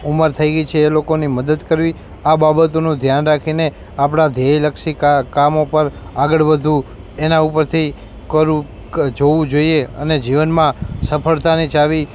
ઉંમર થઇ ગઈ છે એ લોકોને મદદ કરવી આ બાબતનું ધ્યાન રાખીને આપણા ધ્યેયલક્ષી કા કામ ઉપર આગળ વધવું એના ઉપરથી કરવું જોવું જોઈએ અને જીવનમાં સફળતાની ચાવી